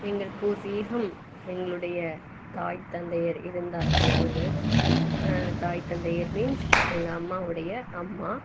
எங்கள் பூர்வீகம் எங்களுடைய தாய் தந்தையர் இருந்தார்கள் அங்கு தாய் தந்தையர் மீன்ஸ் எங்கள் அம்மாவுடைய அம்மா